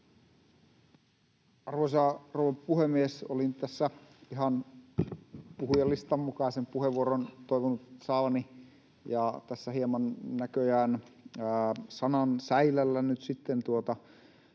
rouva puhemies! Olin tässä ihan puhujalistan mukaisen puheenvuoron toivonut saavani. Tässä hieman näköjään sanan säilällä nyt sitten